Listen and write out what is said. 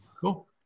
Cool